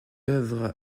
œuvre